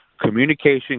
Communication